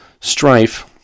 strife